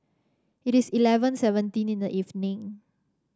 it is eleven seventeen in the evening